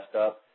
up